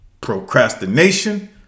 procrastination